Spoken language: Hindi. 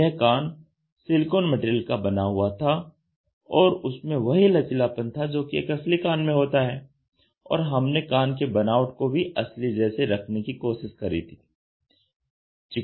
यह कान सिलिकॉन मैटेरियल का बना हुआ था और उसमें वही लचीलापन था जो कि एक असली कान में होता है और हमने कान की बनावट को भी असली जैसे रखने की कोशिश करी थी